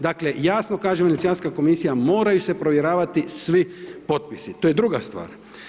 Dakle jasno kaže Venecijanska komisija moraju se provjeravati svi potpisi, to je druga stvar.